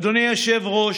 אדוני היושב-ראש,